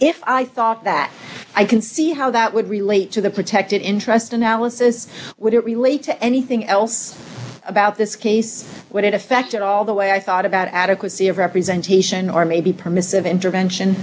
if i thought that i can see how that would relate to the protected interest analysis would it relate to anything else about this case would it affect at all the way i thought about adequacy of representation or maybe permissive intervention